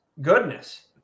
Goodness